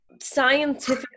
scientific